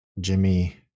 Jimmy